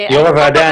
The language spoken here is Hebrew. יושבת ראש הוועדה,